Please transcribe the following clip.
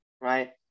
right